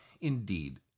indeed